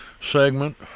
segment